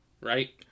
right